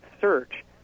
search